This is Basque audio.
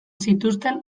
zituzten